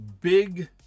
big